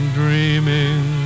dreaming